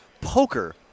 poker